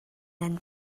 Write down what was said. nan